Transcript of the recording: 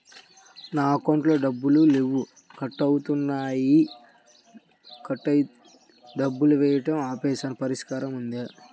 నా అకౌంట్లో డబ్బులు లేవు కట్ అవుతున్నాయని డబ్బులు వేయటం ఆపేసాము పరిష్కారం ఉందా?